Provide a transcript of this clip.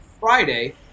Friday